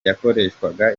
yakoreshwaga